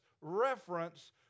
reference